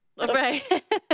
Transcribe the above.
Right